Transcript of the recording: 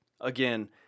again